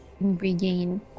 regain